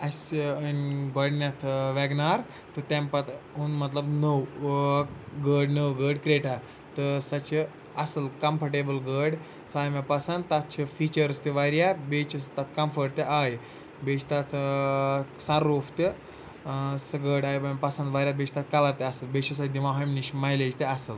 اَسہِ أنۍ گۄڈنٮ۪تھ وٮ۪گنار تہٕ تمہِ پَتہٕ اوٚن مطلب نٔو گٲڑۍ نٔو گٲڑۍ کرٛیٹھا تہٕ سۄ چھِ اَصٕل کَمفٲٹیبٕل گٲڑۍ سۄ آیہِ مےٚ پَسنٛد تَتھ چھِ فیٖچٲرٕس تہِ واریاہ بیٚیہِ چھِس تَتھ کَمفٲٹ تہِ آے بیٚیہِ چھِ تَتھ سَن روٗف تہِ سۄ گٲڑۍ آے مےٚ پَسنٛد واریاہ بیٚیہِ چھِ تَتھ کَلَر تہِ اَصٕل بیٚیہِ چھِ سۄ دِوان ہُمہِ نِش مایلیج تہِ اَصٕل